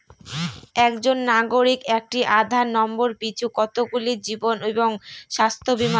একজন নাগরিক একটি আধার নম্বর পিছু কতগুলি জীবন ও স্বাস্থ্য বীমা করতে পারে?